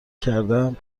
کردهام